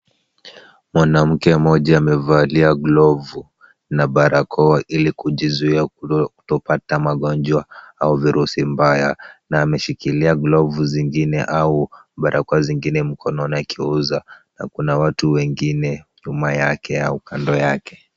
Mwanamke mmoja amevalia glovu na barakoa ili kujizuia kutopata magonjwa au virusi mbaya na ameshikilia glovu zingine au barakoa zingine mkononi akiuza na kuna watu wengine nyuma yake au kando yake.